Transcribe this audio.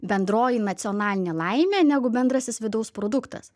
bendroji nacionalinė laimė negu bendrasis vidaus produktas